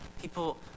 People